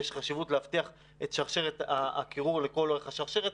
ויש חשיבות להבטחת הקירור לכל אורך השרשרת.